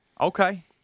Okay